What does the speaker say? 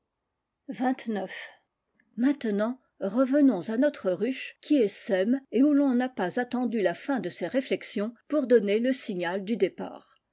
v maintenant revenons à notre ruche qui essaime et cii ton na pas attendu la fin de ces réflexions pour donner le signal du départ